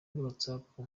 whatsapp